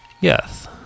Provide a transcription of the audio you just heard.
yes